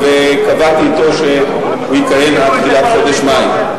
קבעתי אתו שהוא יכהן עד תחילת חודש מאי.